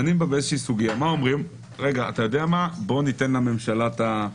אומרים: בואו ניתן לממשלה את האפשרות.